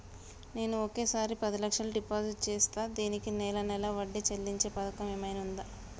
నేను ఒకేసారి పది లక్షలు డిపాజిట్ చేస్తా దీనికి నెల నెల వడ్డీ చెల్లించే పథకం ఏమైనుందా?